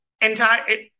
entire –